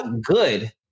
good